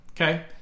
okay